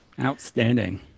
outstanding